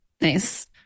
Nice